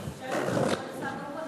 אני רוצה לשאול את כבוד השר.